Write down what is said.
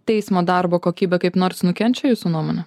teismo darbo kokybe kaip nors nukenčia jūsų nuomone